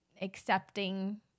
accepting